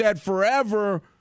forever